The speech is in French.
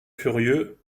furieux